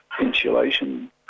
insulation